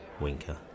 Winker